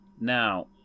Now